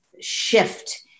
shift